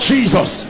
Jesus